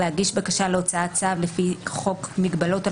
להגיש בקשה להוצאת צו לפי חוק מגבלות על